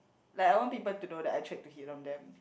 like I want people to know that I tried to hit on them